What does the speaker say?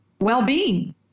well-being